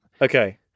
Okay